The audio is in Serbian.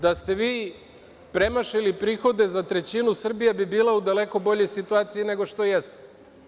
Da ste vi premašili prihode za trećinu, Srbija bi bila u daleko boljoj situaciji nego što jeste.